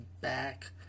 back